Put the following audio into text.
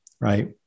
right